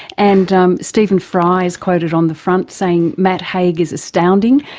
and um stephen fry is quoted on the front saying, matt haig is astounding.